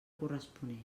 corresponent